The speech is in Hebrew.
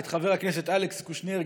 גם את חבר הכנסת אלכס קושניר,